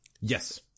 Yes